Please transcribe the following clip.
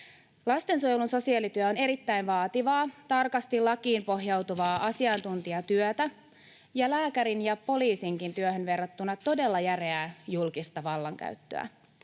Lastensuojelun sosiaalityö on erittäin vaativaa, tarkasti lakiin pohjautuvaa asiantuntijatyötä ja lääkärin ja poliisinkin työhön verrattuna todella järeää julkista vallankäyttöä.